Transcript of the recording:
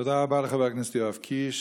תודה רבה לחבר הכנסת יואב קיש.